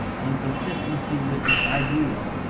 in consistency with its ideal,